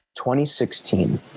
2016